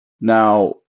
Now